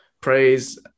praise